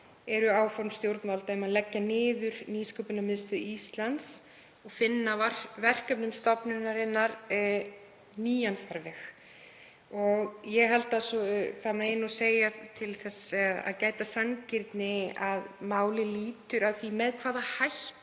áform stjórnvalda um að leggja niður Nýsköpunarmiðstöð Íslands og finna verkefnum stofnunarinnar nýjan farveg. Ég held að það megi segja, til þess að gæta sanngirni, að málið lýtur að því með hvaða hætti